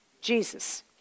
Jesus